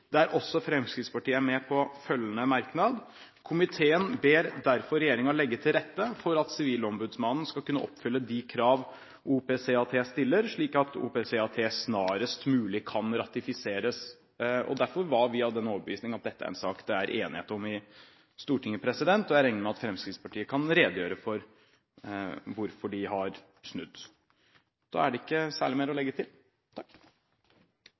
der også Fremskrittspartiet er med på følgende merknad: «Komiteen ber derfor regjeringen legge til rette for at Sivilombudsmannen skal kunne oppfylle de krav OPCAT stiller, slik at OPCAT snarest mulig kan ratifiseres.» Derfor var vi av den overbevisning at dette er en sak det er enighet om i Stortinget, og jeg regner med at Fremskrittspartiet kan redegjøre for hvorfor de har snudd. Da er det ikke særlig mer å legge til.